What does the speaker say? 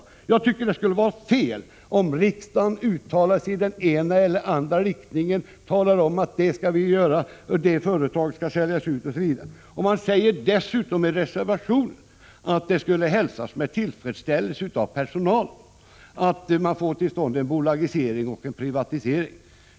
Jag tycker det skulle vara fel om riksdagen uttalade sig i den ena eller den andra riktningen och talade om vilka företag som skulle säljas ut, osv. Det sägs dessutom i reservationen att det skulle hälsas med tillfredsställelse av personalen om man fick till stånd en bolagisering och privatisering.